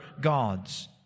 gods